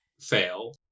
fail